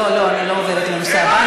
לא, לא, אני לא עוברת לנושא הבא.